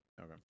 Okay